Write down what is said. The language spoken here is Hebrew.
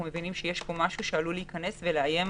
מבינים שיש פה משהו שעלול להיכנס ולאיים